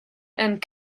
and